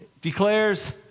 declares